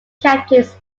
captains